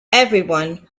everyone